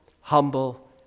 humble